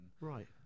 Right